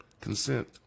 consent